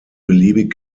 beliebig